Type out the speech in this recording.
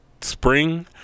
spring